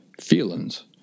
feelings